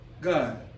God